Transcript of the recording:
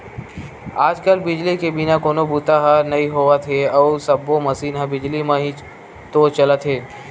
आज कल बिजली के बिना कोनो बूता ह नइ होवत हे अउ सब्बो मसीन ह बिजली म ही तो चलत हे